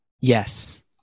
Yes